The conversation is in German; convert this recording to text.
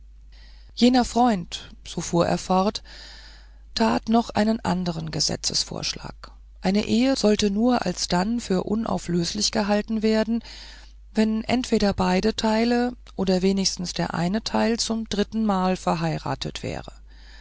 jener freund so fuhr er fort tat noch einen andern gesetzvorschlag eine ehe sollte nur alsdann für unauflöslich gehalten werden wenn entweder beide teile oder wenigstens der eine teil zum drittenmal verheiratet wäre